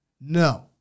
No